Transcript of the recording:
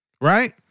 Right